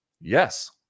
yes